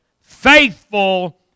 faithful